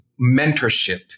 mentorship